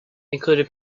including